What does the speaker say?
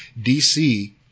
DC